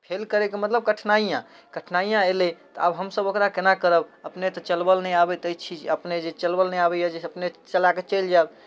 fail करयके मतलब कठिनाइयाँ कठिनाइयाँ अयलै तऽ आब हमसभ ओकरा केना करब अपने तऽ चलबल नहि आबैत अछि अपने जे चलबल नहि आबैए जे अपने चला कऽ चलि जायब